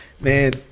man